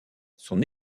son